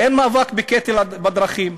אין מאבק בקטל בדרכים.